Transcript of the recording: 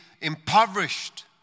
impoverished